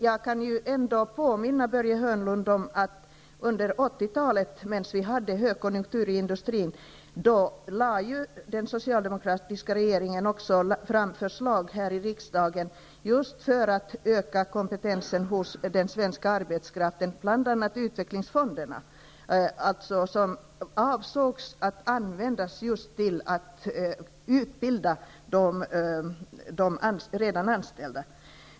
Jag kan ändå påminna Börje Hörnlund om att den socialdemokratiska regeringen under 80-talet, medan vi hade högkonjunktur i industrin, lade fram förslag här i riksdagen just för att öka kompetensen hos den svenska arbetskraften, bl.a. förslaget om utvecklingsfonderna som skulle användas just till att vidareutbilda de redan anställda.